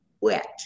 wet